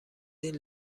این